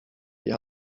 wir